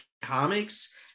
comics